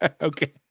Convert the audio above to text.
Okay